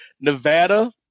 Nevada